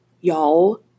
y'all